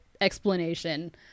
explanation